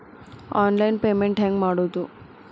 Online payment ಹೆಂಗ್ ಮಾಡೋದು?